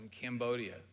Cambodia